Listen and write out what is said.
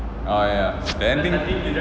oh ya the ending